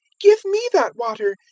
give me that water,